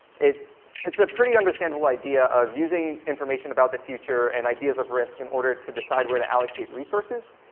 it's it's a pretty understandable idea of using information about the future and ideas of risk in order to decide where to allocate resources.